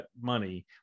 money